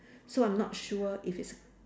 so I'm not sure if it's